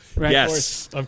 Yes